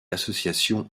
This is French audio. associations